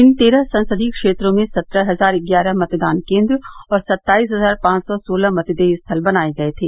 इन तेरह संसदीय क्षेत्रों में सत्रह हजार ग्यारह मतदान केन्द्र और सत्ताईस हजार पांच सौ सोलह मतदेय स्थल बनाये गये थे